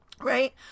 right